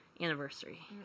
anniversary